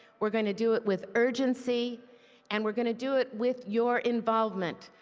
we are going to do it with urgency and we are going to do it with your involvement.